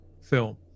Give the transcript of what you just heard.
film